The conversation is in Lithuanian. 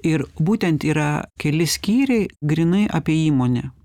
ir būtent yra keli skyriai grynai apie įmonę